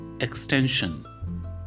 Extension